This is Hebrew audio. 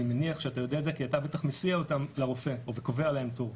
אני מניח שאתה יודע את זה כי אתה בטח מסיע אותם לרופא וקובע להם תור,